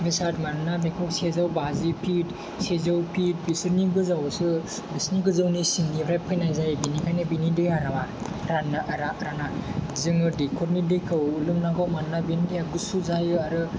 बेसाद मानोना बेखौ सेजौ बाजि फिट सेजौ फिट बेसोरनि गोजौआवसो बिसिनि गोजौनि सिंनिफ्रायसो फैनाय जायो बिनिखायनो बिनि दैया राना जोङो दैखरनि दैखौ लोंनांगौ मानोना बिनि दैया गुसु जायो आरो